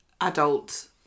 adult